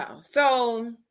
So-